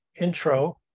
intro